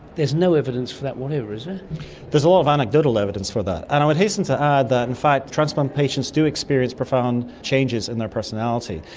there's no evidence for that whatever, is there? ah there's a lot of anecdotal evidence for that. and i would hasten to add that in fact transplant patients do experience profound changes in their personality.